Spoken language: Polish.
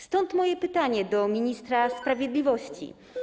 Stąd moje pytanie do ministra sprawiedliwości.